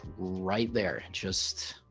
right there just